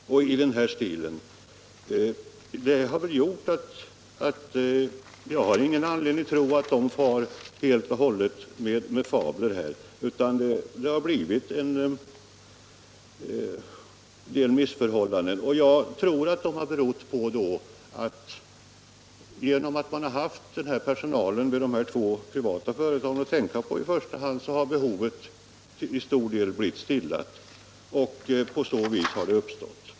Jag har ingen anledning att tro att detta är fabler. Det har alltså uppstått en del missförhållanden. Genom att man i första hand haft personalen vid dessa två privata företag att tänka på har väl behovet i stort sett täckts och på så sätt har denna situation uppstått.